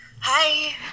Hi